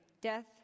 death